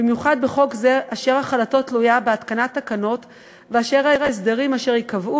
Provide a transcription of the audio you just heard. במיוחד בחוק זה אשר החלתו תלויה בהתקנת תקנות ואשר ההסדרים שייקבעו